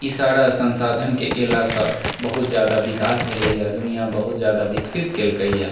ई सारा सन्साधनके अयलासँ बहुत जादा विकास भेलैया दुनिआ बहुत जादा विकसित कयलकैए